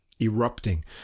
erupting